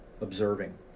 observing